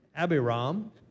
Abiram